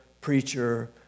preacher